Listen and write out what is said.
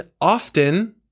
often